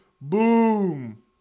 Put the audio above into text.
boom